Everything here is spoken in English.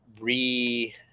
re-